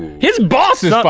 his boss is ah but